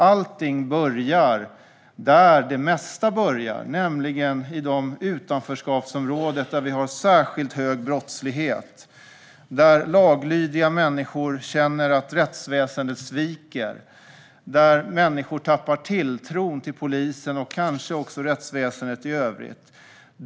Allting börjar där det mesta börjar, nämligen i de utanförskapsområden där vi har särskilt hög brottslighet, där laglydiga människor känner att rättsväsendet sviker och där människor tappar tilltron till polisen och kanske också till rättsväsendet i övrigt.